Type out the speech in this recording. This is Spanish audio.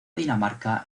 dinamarca